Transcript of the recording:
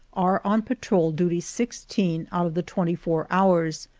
are on patrol duty sixteen out of the twenty-four hours,